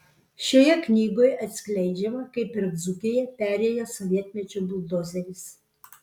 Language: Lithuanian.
šioje knygoje atskleidžiama kaip per dzūkiją perėjo sovietmečio buldozeris